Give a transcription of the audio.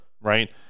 right